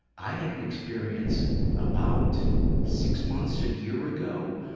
i had an experience about six months, a year ago,